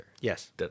Yes